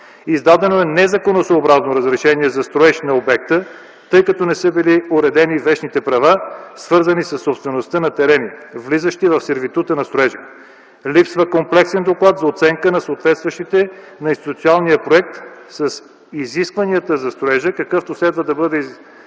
Издадено е незаконосъобразно разрешение за строеж на обекта, тъй като не са били уредени вещните права, свързани със собствеността на терени, влизащи в сервитута на строежа. Липсва комплексен доклад за оценка на съответствието на институционалния проект с изискванията за строежа, какъвто следва да бъде изготвен